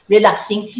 Relaxing